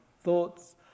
thoughts